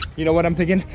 you know what i'm thinking?